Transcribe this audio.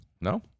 No